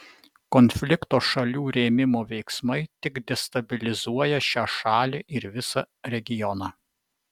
konflikto šalių rėmimo veiksmai tik destabilizuoja šią šalį ir visą regioną